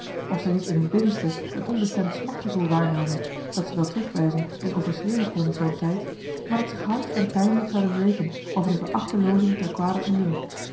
of zij niet in hun binnenste een onbestemd smartgevoel waarnamen dat ze wel terugwijzen en overschreeuwen konden voor een tijd maar dat zich hard en pijnlijk zoude wreken over die verachteloozing ter kwader ure